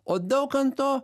o daukanto